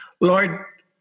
Lord